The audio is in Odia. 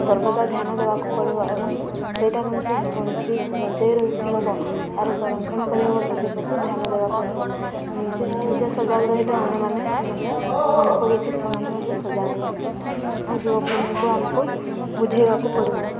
ସର୍ବଦା ଧ୍ୟାନ ଦେବାକୁ ପଡ଼ିବ ଏବଂ ସେଇଟା କେମିତି ବଞ୍ଚି ବଞ୍ଚାଇ ରଖି ହବ ତା'ର ସଂରକ୍ଷଣ କରି ହେବ ସେଥିପ୍ରତି ଧ୍ୟାନ ଦେବାକୁ ହେବ ନିଜେ ନିଜେ ସଜାଗ ରହିଲେ ଅନ୍ୟମାନେ ମଧ୍ୟ ଆମକୁ ଦେଖି ସେମାନେ ମଧ୍ୟ ସଜାଗ ହେବେ ଆଉ ଯୁବପିଢ଼ିଙ୍କୁ ଆମକୁ ବୁଝାଇବାକୁ ପଡ଼ିବ